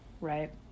right